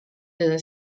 teda